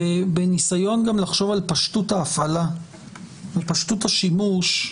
בניסיון לחשוב על פשטות ההפעלה ופשטות השימוש,